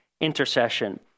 intercession